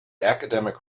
academic